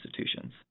institutions